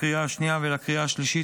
לקריאה השנייה ולקריאה השלישית,